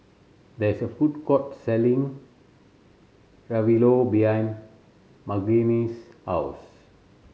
there is a food court selling Ravioli behind Margene's house